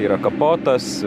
yra kapotas